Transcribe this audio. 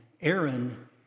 Aaron